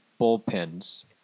bullpens